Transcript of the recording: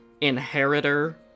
inheritor